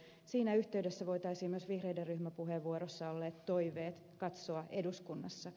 siinä yhteydessä voitaisiin myös vihreiden ryhmäpuheenvuorossa olleet toiveet katsoa eduskunnassa